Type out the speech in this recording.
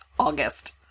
August